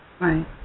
Right